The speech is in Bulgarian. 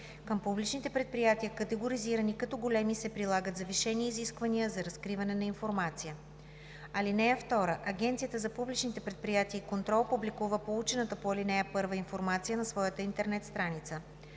Към публичните предприятия, категоризирани като „големи“, се прилагат завишени изисквания за разкриване на информация. (2) Агенцията за публичните предприятия и контрол публикува получената по ал. 1 информация на своята интернет страница.